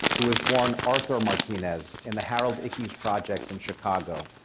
who was born arthur martinez in the harold ickes projects in chicago.